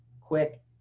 quick